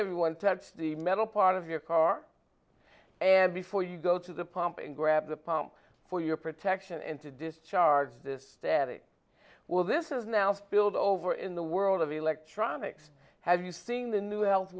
everyone touch the metal part of your car and before you go to the pump and grab the pump for your protection and to discharge this static will this is now filled over in the world of electronics have you seen the new health